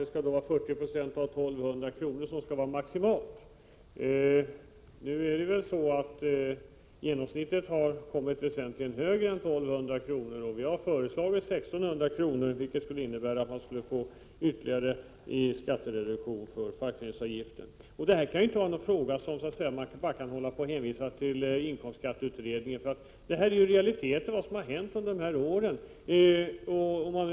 Man sade att 40 96 av 1 200 kr. skulle vara maximalt belopp. I dag har ju den genomsnittliga fackföreningsavgiften per år kommit att bli väsentligt högre än 1 200 kr. Vi har föreslagit att beloppet skall vara 1 600 kr., vilket innebär att man får ytterligare reduktion för fackföreningsavgiften. Detta är inte en fråga som man kan avfärda genom att bara hänvisa till inkomstskatteutredningen. Det som har hänt under de senare åren är ju realiteter.